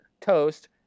toast